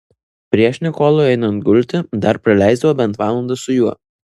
prieš nikolui einant gulti dar praleisdavo bent valandą su juo